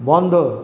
বন্ধ